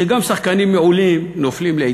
שגם שחקנים מעולים נופלים לעתים,